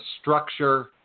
structure